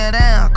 down